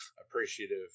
appreciative